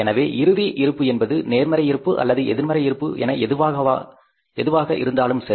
எனவே closing balance என்பது நேர்மறை இருப்பு அல்லது எதிர்மறை இருப்பு என எதுவாக இருந்தாலும் சரி